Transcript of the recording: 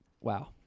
Wow